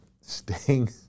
Sting